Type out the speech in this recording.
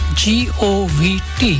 govt